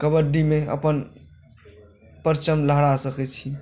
कबड्डीमे अपन परचम लहरा सकैत छी